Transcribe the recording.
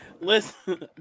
Listen